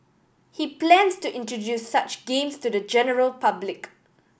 he plans to introduce such games to the general public